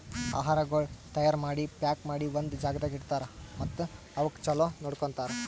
ಆಹಾರಗೊಳ್ ತೈಯಾರ್ ಮಾಡಿ, ಪ್ಯಾಕ್ ಮಾಡಿ ಒಂದ್ ಜಾಗದಾಗ್ ಇಡ್ತಾರ್ ಮತ್ತ ಅವುಕ್ ಚಲೋ ನೋಡ್ಕೋತಾರ್